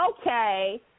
Okay